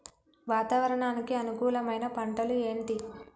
వాతావరణానికి అనుకూలమైన పంటలు ఏంటి?